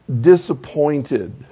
disappointed